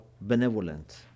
benevolent